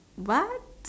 what